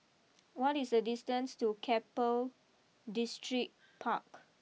what is the distance to Keppel Distripark